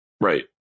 Right